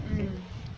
mm